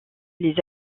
les